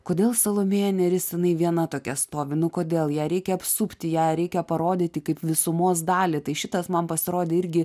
kodėl salomėja nėris jinai viena tokia stovi nu kodėl ją reikia apsupti ją reikia parodyti kaip visumos dalį tai šitas man pasirodė irgi